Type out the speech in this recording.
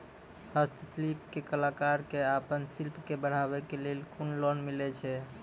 हस्तशिल्प के कलाकार कऽ आपन शिल्प के बढ़ावे के लेल कुन लोन मिलै छै?